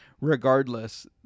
regardless